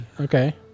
Okay